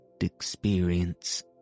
experience